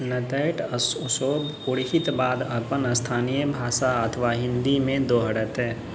नहि तऽ ओसभ पुरहित बाद अपन स्थानीए भाषा अथवा हिन्दीमे दोहरेतै